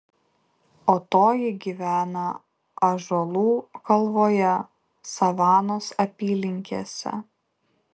o toji gyvena ąžuolų kalvoje savanos apylinkėse